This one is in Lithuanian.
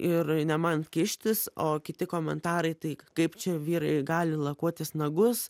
ir ne man kištis o kiti komentarai tai kaip čia vyrai gali lakuotis nagus